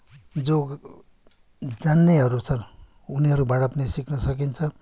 जो जान्नेहरू छ उनीहरूबाट पनि सिक्न सकिन्छ